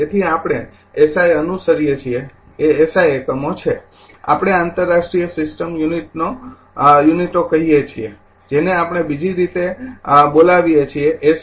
તેથી આપણે એસઆઈ અનુસરીએ છીએ એ એસઆઈ એકમો છે આપણે આંતરરાષ્ટ્રીય સિસ્ટમ યુનિટઓ કહીએ છીએ જેને આપણે બીજી રીતે બોલાવીએ છીએ એસ